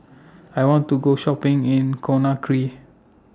I want to Go Shopping in Conakry